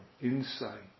insight